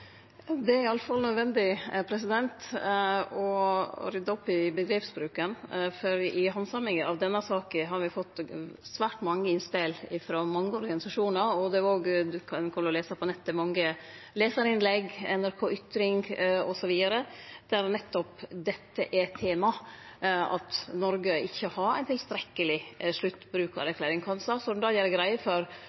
er i alle fall nødvendig å rydde opp i omgrepsbruken, for i handsaminga av denne saka har me fått svært mange innspel frå mange organisasjonar, og me kan lese på nettet, på NRKYtring osv., mange lesarinnlegg der nettopp dette er tema, at Noreg ikkje har ei tilstrekkeleg sluttbrukarerklæring. Kan statsråden gjere greie for kva som er divergensen mellom det